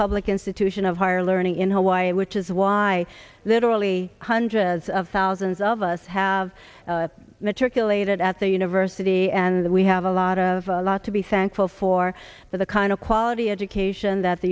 public institution of higher learning in hawaii which is why literally hundreds of thousands of us have matriculated at the university and we have a lot of a lot to be thankful for the kind of quality education that the